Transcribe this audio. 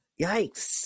Yikes